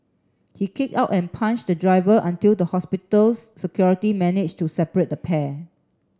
he kicked out and punched the driver until the hospitals security managed to separate the pair